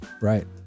right